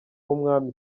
w’umwami